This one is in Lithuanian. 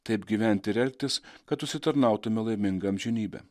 taip gyventi ir elgtis kad užsitarnautume laimingą amžinybę